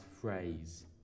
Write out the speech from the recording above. phrase